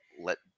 let